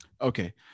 Okay